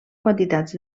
quantitats